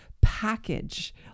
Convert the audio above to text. package